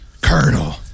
Colonel